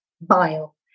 bile